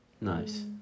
Nice